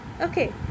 okay